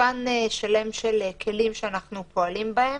שלם של כלים שאנחנו פועלים בהם,